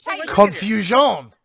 Confusion